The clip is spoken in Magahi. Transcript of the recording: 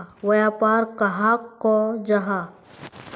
व्यापार कहाक को जाहा?